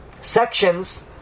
sections